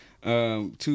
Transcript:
Two